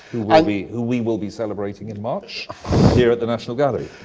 who ah we who we will be celebrating in march here at the national gallery.